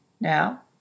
Now